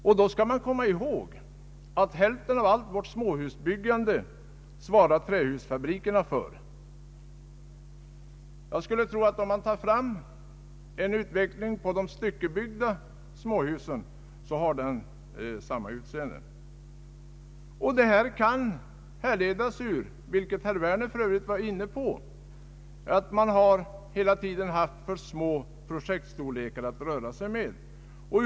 Och då skall man hålla i minnet att trähusfabrikerna svarar för ungefär hälften av allt vårt småhusbyggande. Jag skulle tro att utvecklingen beträffande de styckebyggda småhusen är enahanda. Denna situation kan säkert, vilket herr Werner för övrigt var inne på, härledas ur att projektstorlekarna hela tiden varit för små.